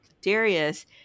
Darius